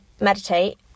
meditate